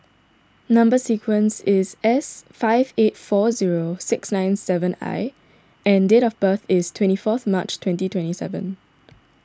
Number Sequence is S five eight four zero six nine seven I and date of birth is twenty fourth March twenty twenty seven